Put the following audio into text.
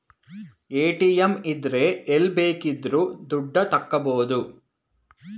ATM ಇದ್ರೆ ಎಲ್ಲ್ ಬೇಕಿದ್ರು ದುಡ್ಡ ತಕ್ಕಬೋದು